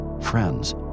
friends